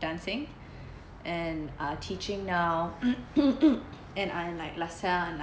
dancing and ah teaching now and I'm like and